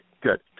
good